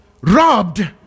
robbed